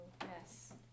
yes